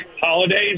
holidays